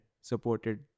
supported